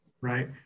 right